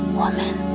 woman